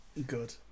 Good